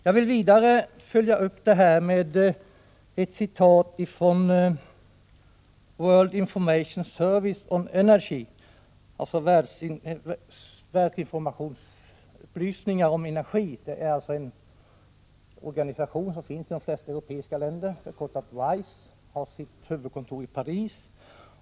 Jag vill följa upp den här diskussionen med ett citat från World Information Service of Energy — WISE — dvs. världsinformationsupplysningar om energi. WISE är en organisation som finns i de flesta europeiska länder. Organisationen har sitt huvudkontor i Paris.